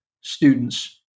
students